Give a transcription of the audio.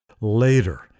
later